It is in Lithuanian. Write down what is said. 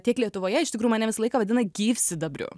tiek lietuvoje iš tikrų mane visą laiką vadina gyvsidabriu